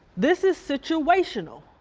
this is situational.